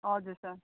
हजुर सर